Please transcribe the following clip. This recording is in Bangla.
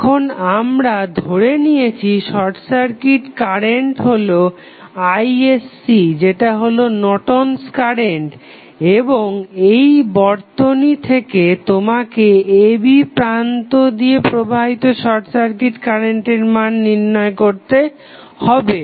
এখন আমরা ধরে নিয়েছি শর্ট সার্কিট কারেন্ট হলো isc যেটা হলো নর্টন'স কারেন্ট Nortons current এবং এই বর্তনী থেকে তোমাকে a b প্রান্ত দিয়ে প্রবাহিত শর্ট সার্কিট কারেন্টের মান নির্ণয় করতে হবে